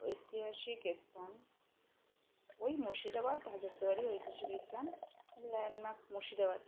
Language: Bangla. ঐতিহাসিক স্থান ওই মুর্শিদাবাদ হাজারদুয়ারি ঐতিহাসিক স্থান ল্যান্ডমার্ক মুর্শিদাবাদ